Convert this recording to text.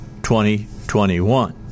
2021